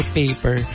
paper